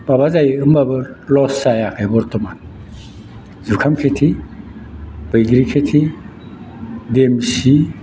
माबा जायो होनबाबो लस जायाखै बरथमान जुखाम खेथि बैग्रि खेथि देमसि